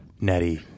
Natty